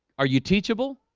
are you teachable?